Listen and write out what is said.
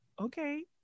okay